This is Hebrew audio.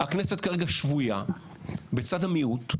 הכנסת כרגע שבויה בצד המיעוט,